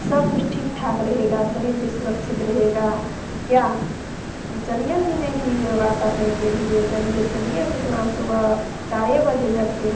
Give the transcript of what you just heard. सब कुछ ठीक ठाक रहेगा शरीर भी सुरक्षित रहेगा क्या हां चलिए न दीदी योगा करने के लिए चलिए चलिए कितना सुबह चारे बजे जगते हैं